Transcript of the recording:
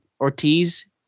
Ortiz